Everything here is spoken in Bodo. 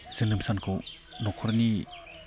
जोनोम सानखौ न'खरनि